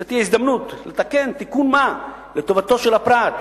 זו תהיה הזדמנות לתקן תיקון-מה לטובתו של הפרט.